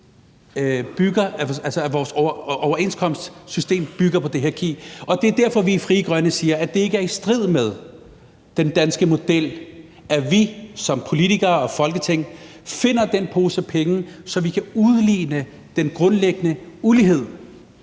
at vores overenskomstsystem bygger på tjenestemandsreformens hierarki. Det er derfor, vi i Frie Grønne siger, at det ikke er i strid med den danske model, at vi som politikere og Folketing finder den pose penge, så vi kan udligne den grundlæggende ulighed,